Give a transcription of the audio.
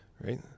right